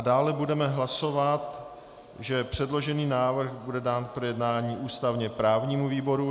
Dále budeme hlasovat o tom, že předložený návrh bude dán k projednání ústavněprávnímu výboru.